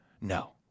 No